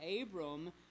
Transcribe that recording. Abram